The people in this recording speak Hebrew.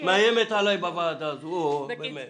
מאיימת עלי בוועדה הזו, באמת.